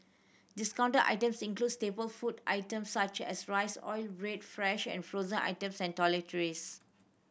discounted item staple food item such as rice oil bread fresh and frozen and toiletries